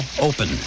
open